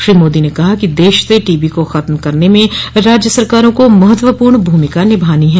श्री मोदी ने कहा कि देश से टीबी को खत्म करने में राज्य सरकारों को महत्वपूर्ण भूमिका निभानी है